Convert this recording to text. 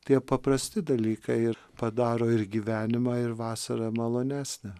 tie paprasti dalykai ir padaro ir gyvenimą ir vasarą malonesnę